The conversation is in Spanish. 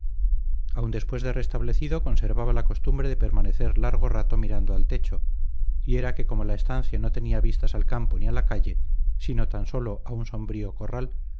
aun después de restablecido conservaba la costumbre de permanecer largo rato mirando al techo y era que como la estancia no tenía vistas al campo ni a la calle sino tan sólo a un sombrío corral